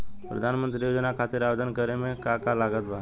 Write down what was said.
प्रधानमंत्री योजना खातिर आवेदन करे मे का का लागत बा?